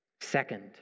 Second